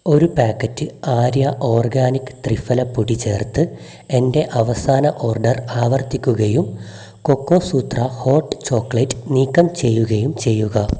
ഒരു packet Arya organic triphala പൊടി ചേർത്ത് എന്റെ അവസാന ഓർഡർ ആവർത്തിക്കുകയും കൊക്കോ സൂത്ര ഹോട്ട് ചോക്ലേറ്റ് നീക്കം ചെയ്യുകയും ചെയ്യുക